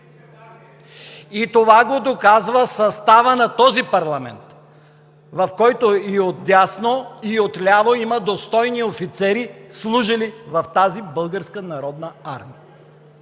Това го доказва съставът на този парламент, в който и отдясно, и отляво има достойни офицери, служили в тази Българска народна армия.